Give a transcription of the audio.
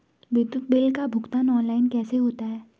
विद्युत बिल का भुगतान ऑनलाइन कैसे होता है?